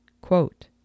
Quote